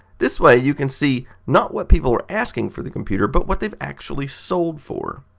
this way you can see not what people are asking for the computer, but what they have actually sold for.